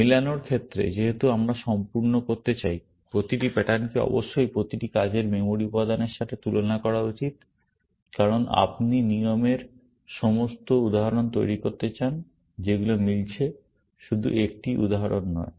মেলানোর ক্ষেত্রে যেহেতু আমরা সম্পূর্ণ করতে চাই প্রতিটি প্যাটার্নকে অবশ্যই প্রতিটি কাজের মেমরি উপাদানের সাথে তুলনা করা উচিত কারণ আপনি নিয়মের সমস্ত উদাহরণ তৈরি করতে চান যেগুলো মিলছে শুধু একটি উদাহরণ নয়